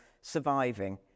surviving